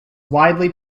widely